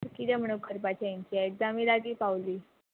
किदें म्हणून करपाचें हेंची एग्जामी लागीं पावली